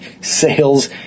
sales